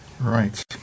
Right